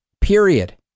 period